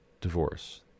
divorce